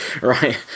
right